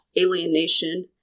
alienation